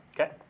Okay